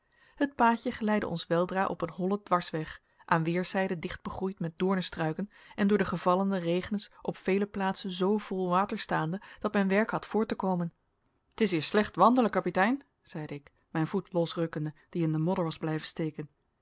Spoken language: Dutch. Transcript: het paadje geleidde ons weldra op een hollen dwarsweg aan weerszijden dicht begroeid met doornestruiken en door de gevallene regens op vele plaatsen zoo vol water staande dat men werk had voort te komen t is hier slecht wandelen kapitein zeide ik mijn voet losrukkende die in de modder was blijven steken